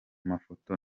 mafoto